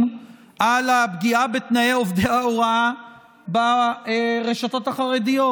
על הפגיעה בתנאי עובדי ההוראה ברשתות החרדיות,